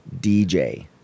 DJ